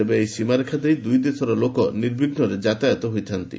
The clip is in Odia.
ତେବେ ଏହି ସୀମାରେଖା ଦେଇ ଦୁଇ ଦେଶର ଲୋକ ନିର୍ବିଘ୍ନରେ ଆତଯାତ ହୋଇଥାନ୍ତି